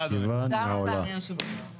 הישיבה נעולה.